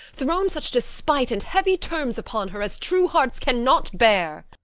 thrown such despite and heavy terms upon her, as true hearts cannot bear.